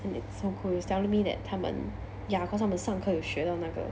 and it's so cool he was telling me that 他们 ya cause 他们上课有学到那个